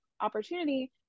opportunity